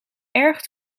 erg